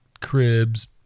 cribs